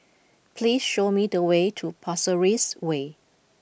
please show me the way to Pasir Ris Way